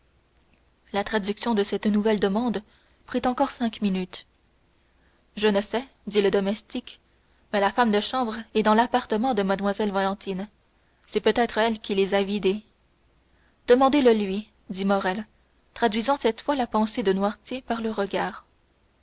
la traduction de cette nouvelle demande prit encore cinq minutes je ne sais dit le domestique mais la femme de chambre est dans l'appartement de mlle valentine c'est peut-être elle qui les a vidés demandez le lui dit morrel traduisant cette fois la pensée de noirtier par le regard